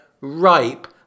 ripe